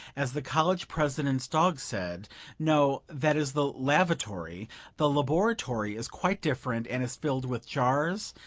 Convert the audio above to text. as the college president's dog said no, that is the lavatory the laboratory is quite different, and is filled with jars,